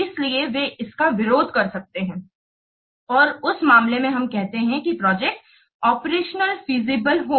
इसलिए वे इसका विरोध कर सकते हैं और उस मामले में हम कहते हैं कि प्रोजेक्ट ऑपरेशन फिजिबल होगा